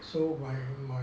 so right my